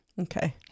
Okay